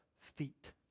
feet